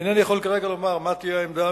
אני אינני יכול כרגע לומר מה תהיה העמדה,